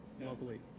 locally